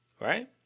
Right